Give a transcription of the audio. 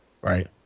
right